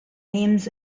names